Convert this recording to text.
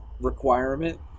requirement